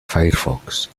firefox